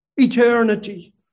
Eternity